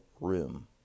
room